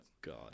God